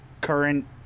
current